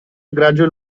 gradual